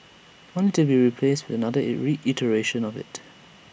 only to be replaced with another IT re iteration of IT